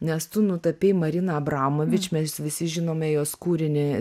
nes tu nutapei mariną abramovič mes visi žinome jos kūrinį